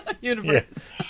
universe